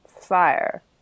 fire